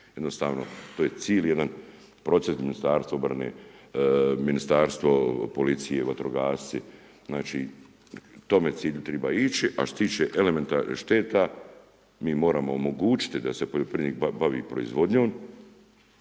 jednostavno to je cijeli jedan proces Ministarstvo obrane, Ministarstvo policije, vatrogasci, znači k tome cilju treba ići. A što se tiče elementarnih šteta, mi moramo omogućiti da se poljoprivrednik bavi proizvodnjom,